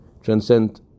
transcend